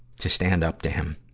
to stand up to him.